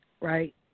right